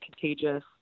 contagious